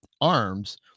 arms